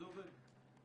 זה עובד.